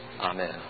Amen